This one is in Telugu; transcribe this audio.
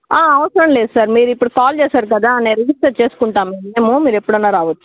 అవసరం లేదు సార్ మీరు ఇప్పుడు కాల్ చేసారు కదా మేము రిజిస్టర్ చేసుకుంటాములెండి మీరు ఎప్పుడైనా రావచ్చు